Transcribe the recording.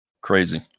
Crazy